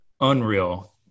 Unreal